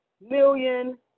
million